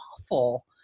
awful